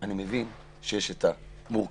אני מבין שיש מורכבות,